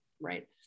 right